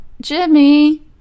Jimmy